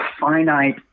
finite